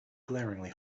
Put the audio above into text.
glaringly